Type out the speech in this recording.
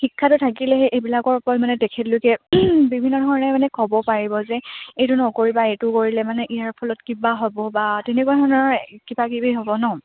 শিক্ষাটো থাকিলেহে এইবিলাকৰ ওপৰত মানে তেখেতলোকে বিভিন্ন ধৰণে মানে ক'ব পাৰিব যে এইটো নকৰিবা এইটো কৰিলে মানে ইয়াৰ ফলত কিবা হ'ব বা তেনেকুৱা ধৰণৰ কিবা কিবি হ'ব নহ্